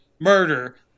murder